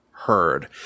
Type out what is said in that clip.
Heard